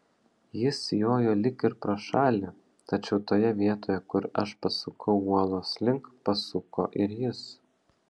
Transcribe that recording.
jis jojo lyg ir pro šalį tačiau toje vietoje kur aš pasukau uolos link pasuko ir jis